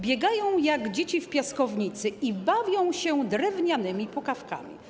Biegają jak dzieci w piaskownicy i bawią się drewnianymi pukawkami.